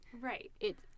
right